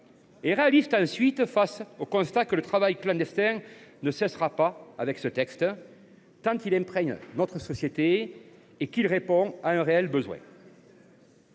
; face ensuite au constat que le travail clandestin ne cessera pas avec ce texte, car il imprègne notre société et répond à un réel besoin.